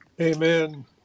Amen